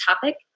topic